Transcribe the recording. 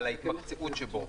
על היציבות שבו,